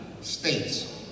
states